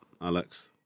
Alex